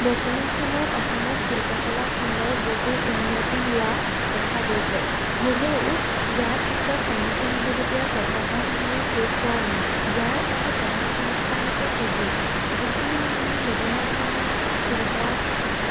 বৰ্তমান সময়ত অসমত শিল্পকলা খণ্ডৰ বহু উন্নতি হোৱা দেখা গৈছে হ'লেও ইয়াৰ ক্ষেত্ৰত সন্মুখীন হ'বলগীয়া প্ৰত্যাহ্বানখিনি শেষ হোৱা নাই ইয়াৰ এটা প্ৰধান সমস্যা হৈছে পুঁজি যিখিনি মানুহে বিভিন্ন ধৰণৰ শিল্প